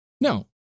No